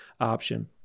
option